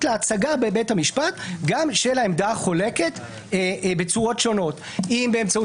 להצגה בבית המשפט גם של העמדה החולקת בצורות שונות: באמצעות